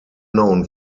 known